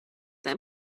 them